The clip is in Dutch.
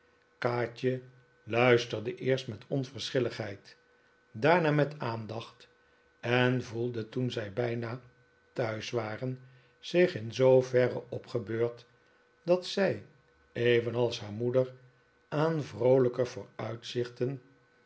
luisterde eerst met onverschilligheid daarna met aandacht en voelde toen zij bijna thuis waren zich in zooverre opgebeurd dat zij evenals haar moeder aan